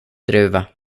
druva